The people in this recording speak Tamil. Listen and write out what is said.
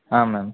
ஆ மேம்